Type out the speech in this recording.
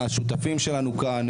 השותפים שלנו כאן,